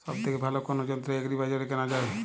সব থেকে ভালো কোনো যন্ত্র এগ্রি বাজারে কেনা যায়?